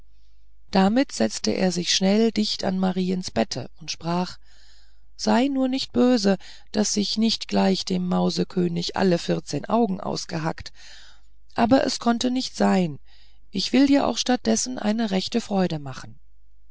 damit setzte er sich schnell dicht an mariens bette und sprach sei nur nicht böse daß ich nicht gleich dem mausekönig alle vierzehn augen ausgehackt aber es konnte nicht sein ich will dir auch statt dessen eine rechte freude machen